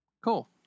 Cool